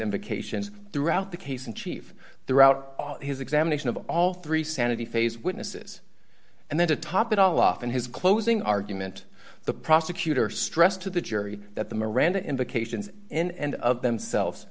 invocations throughout the case in chief throughout his examination of all three sanity phase witnesses and then to top it all off in his closing argument the prosecutor stressed to the jury that the miranda implications and of themselves